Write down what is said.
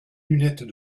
lunettes